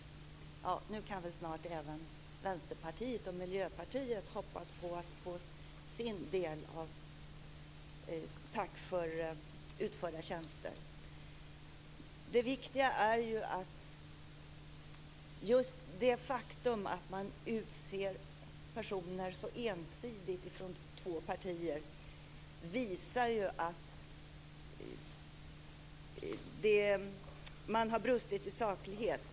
Och nu kan väl snart även Vänsterpartiet och Miljöpartiet hoppas på att få sin del av tack för utförda tjänster. Just det faktum att man utser personer så ensidigt från två partier visar ju att man har brustit i saklighet.